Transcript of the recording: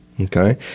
Okay